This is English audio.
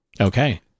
Okay